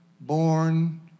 born